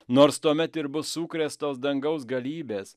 nors tuomet ir bus sukrėstos dangaus galybės